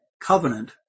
covenant